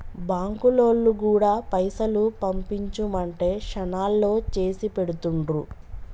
బాంకులోల్లు గూడా పైసలు పంపించుమంటే శనాల్లో చేసిపెడుతుండ్రు